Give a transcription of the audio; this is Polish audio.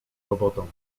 robotą